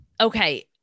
Okay